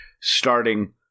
starting